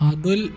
Adul